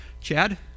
Chad